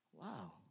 wow